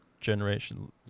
generation